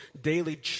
daily